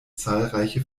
zahlreiche